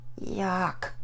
Yuck